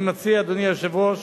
אני מציע, אדוני היושב-ראש,